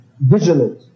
vigilant